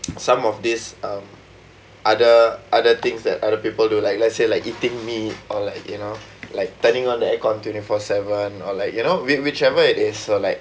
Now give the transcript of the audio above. some of these um other other things that other people don't like let's say like eating mee or like you know like turning on the air-con twenty-four-seven or like you know which whichever it is so like